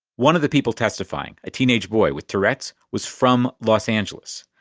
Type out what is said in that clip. one of the people testifying, a teenage boy with tourette's, was from los angeles.